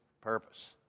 purpose